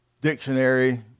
dictionary